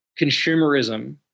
consumerism